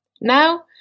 Now